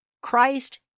Christ